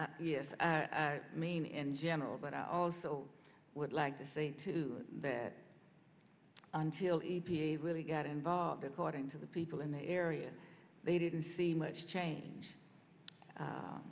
kalash yes i mean and general but i also would like to say too that until a p a really got involved according to the people in the area they didn't see much change